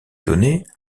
données